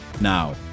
now